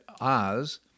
Oz